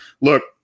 Look